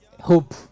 Hope